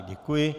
Děkuji.